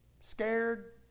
scared